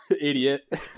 idiot